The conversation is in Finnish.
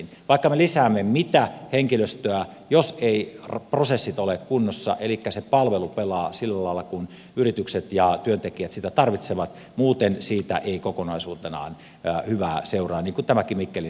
vaikka me lisäämme mitä henkilöstöä jos eivät prosessit ole kunnossa elikkä se palvelu pelaa sillä lailla kuin yritykset ja työntekijät sitä tarvitsevat niin siitä ei kokonaisuutenaan hyvää seuraa niin kuin tämäkin mikkelin esimerkki osoitti